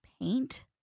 paint